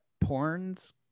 Porn's